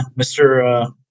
Mr